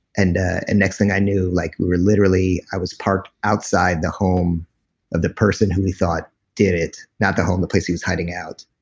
and ah and next thing i knew, like literally, i was parked outside the home of the person who we thought did it. not the home, the place he was hiding out,